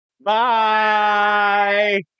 Bye